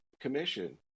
commission